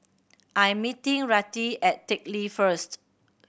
I'm meeting Rettie at Teck Lee first